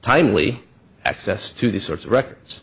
timely access to these sorts of records